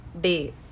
day